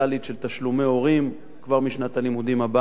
של תשלומי הורים כבר משנת הלימודים הבאה,